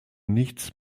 nichts